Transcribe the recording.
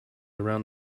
around